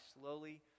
slowly